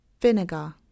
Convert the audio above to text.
vinegar